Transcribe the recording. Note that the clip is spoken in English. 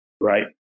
right